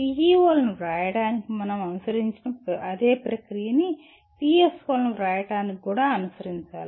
PEO లను వ్రాయడానికి మనం అనుసరించిన అదే ప్రక్రియని PSO లను వ్రాయడానికి కూడా అనుసరించాలి